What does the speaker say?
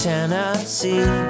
Tennessee